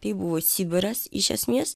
tai buvo sibiras iš esmės